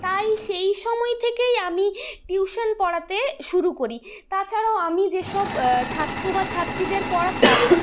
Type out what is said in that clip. তাই সেই সময় থেকেই আমি টিউশন পড়াতে শুরু করি তাছাড়াও আমি যেসব ছাত্র বা ছাত্রীদের পড়াতাম